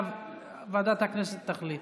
ועדת הכנסת תחליט.